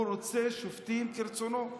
הוא רוצה שופטים כרצונו.